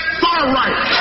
far-right